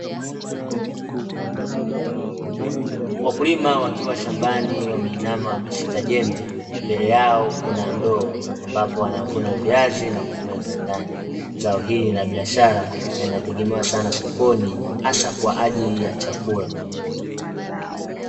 Wakulima wakiwa shambani wameinama wameshika jembe, mbele yao kuna ndoo ambapo wanavuna viazi na kuviweka ndani. Zao hili ni la biashara na linategemewa sana sokoni hasa kwa ajili ya chakula.